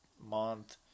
month